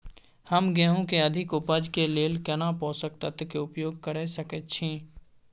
हम गेहूं के अधिक उपज के लेल केना पोषक तत्व के उपयोग करय सकेत छी?